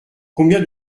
combien